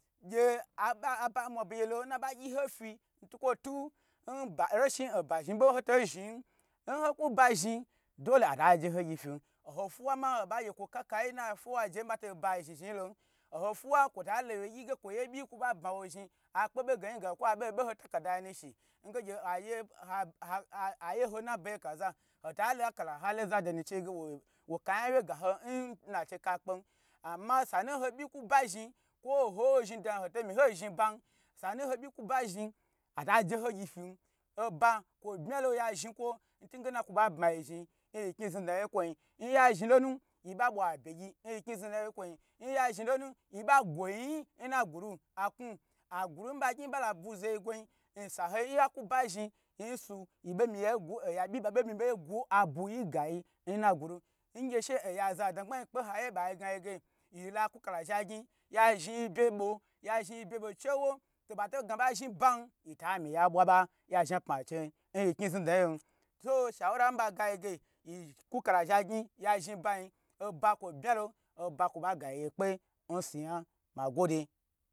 Gye aba mwa begye lo n naba gyi ho fi ntuk wo to n reshi no ba zhni bo hoto zhni yin n ho ku ba zhni dole ata je ho gyi fin oho fuwa ma oba gye kwo kakayi nna fuwa ajeyi nba to nba zhni zhni yi lo, oho fuwa kwo ta lo wye gye ge kwo bye kwo ba bmawo zhni ye akpa ba gayi ga jho kwo abo boho takarda yinushi nge aye a a yeho nnabe yi kaza hota lakala hala zaa bnu cheyi ge wo ka yan wye ga ho nna che ka kpen ama sanu ho byi ku ba zhni ko nho ho zhni da hoto mi ho zhni ba sanu ho byi ku ba zhni ata je ho gyi fini oba kwo bye lo ye zhni kwo ntinge na kwo ba ba yi zhni ni yi zni dna kwo yin nya zhni lo nu yi ba bwa abye gyi nyi kni zhni daye kwo yin nya zhni lonu yi ba gwo yi yin n ni gule aknu nba gni ba la bu zoyi gwo yin nsa hei nyakuba zhni nn su yi be mi yi gwo oya byi babao mi ba gwo abuyi gayi nnagula ngya she oya za dna gbma yi kpe ha yiya ga yi lakukala zha gyin ya zhi yi bye bo ya zhni yi bye bo chewo to ba to gna ba zhni ba yi ta mi ya bwa ba ya zha pma cher nyi kni zni dna yen so shewura miyi magayi ge yi kukala zha gyn ya zhni ba yin oba kwo bma lo oba kwo ba ga yi ye kpe nsu ya ma gwode.